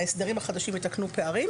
ההסדרים החדשים יתקנו פערים